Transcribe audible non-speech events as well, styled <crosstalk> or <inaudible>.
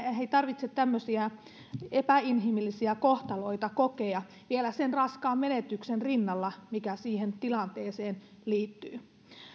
<unintelligible> ei tarvitse tämmöisiä epäinhimillisiä kohtaloita kokea vielä sen raskaan menetyksen rinnalla mikä siihen tilanteeseen liittyy